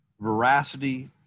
veracity